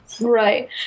right